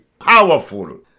powerful